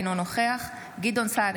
אינו נוכח גדעון סער,